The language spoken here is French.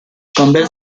campbell